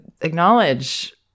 acknowledge